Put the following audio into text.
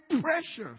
precious